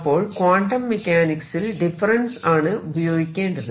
അപ്പോൾ ക്വാണ്ടം മെക്കാനിക്സിൽ ഡിഫറെൻസ് ആണ് ഉപയോഗിക്കേണ്ടത്